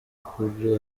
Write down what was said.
kuri